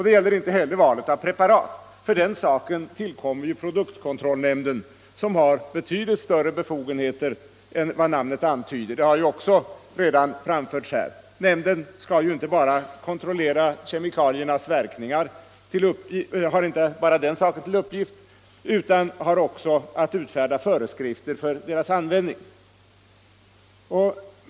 Det gäller inte heller valet av preparat, för den saken tillkommer produktkontrollnämnden, som har betydligt större befogenheter än vad namnet antyder. Detta har också redan framförts här. Nämnden skall inte bara kontrollera kemikaliernas verk 87 ningar utan har också till uppgift att utfärda föreskrifter för deras användning.